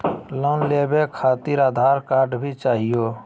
Loan लेवे खातिरआधार card भी चाहियो?